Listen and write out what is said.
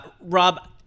Rob